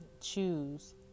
choose